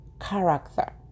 character